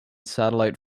satellite